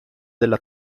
della